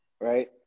Right